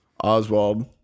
Oswald